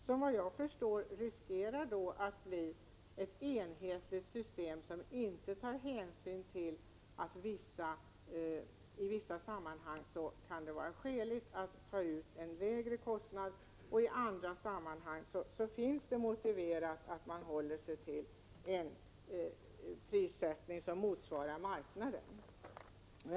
Såvitt jag förstår finns risken att det blir ett enhetligt system där man inte tar hänsyn till att det i vissa sammanhang kan vara skäligt att ta ut en lägre kostnad och i andra sammanhang är motiverat att man håller sig till en prissättning som motsvarar förhållandena på marknaden.